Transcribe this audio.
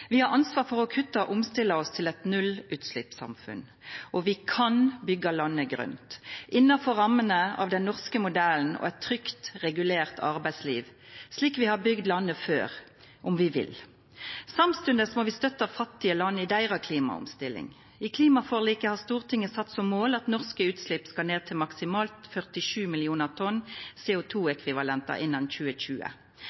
Vi har ansvar for å kutta og omstilla oss til eit nullutsleppssamfunn. Og vi kan byggja landet grønt innanfor rammene av den norske modellen og eit trygt, regulert arbeidsliv, slik vi har bygt landet før – om vi vil. Samstundes må vi støtta fattige land i deira klimaomstilling. I klimaforliket har Stortinget sett som mål at norske utslepp skal ned til maksimalt 47 millionar tonn